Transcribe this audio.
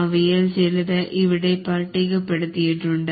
അവയിൽ ചിലതു ഇവിടെ പട്ടികപ്പെടുത്തിയിട്ടുണ്ട്